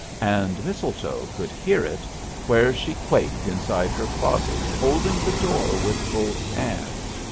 and mistletoe could hear it where she quaked inside her closet holding the door with both hands.